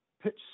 pitch